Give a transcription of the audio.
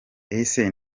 ese